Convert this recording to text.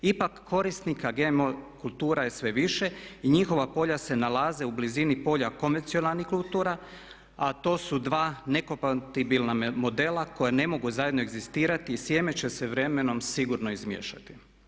Ipak korisnika GMO kultura je sve više i njihova polja se nalaze u blizini polja konvencionalnih kultura a to su dva nekompatibilna modela koja ne mogu zajedno egzistirati i sjeme će se s vremenom sigurno izmiješati.